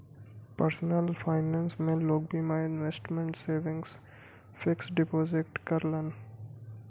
personal finance में लोग बीमा, इन्वेसमटमेंट, सेविंग, फिक्स डिपोजिट करलन